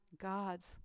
God's